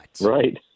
Right